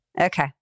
Okay